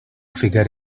figure